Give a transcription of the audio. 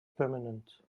permanent